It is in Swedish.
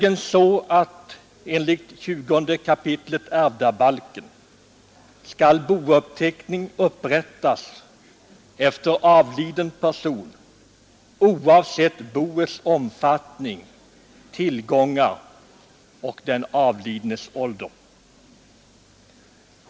Enligt 20 kap. ärvdabalken skall bouppteckning upprättas efter varje avliden person oavsett boets omfattning, tillgångar och den avlidnes ålder.